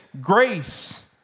grace